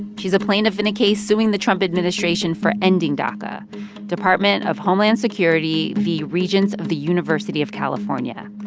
she's a plaintiff in a case suing the trump administration for ending daca department of homeland security v. regents of the university of california.